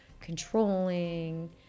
controlling